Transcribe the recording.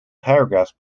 paragraphs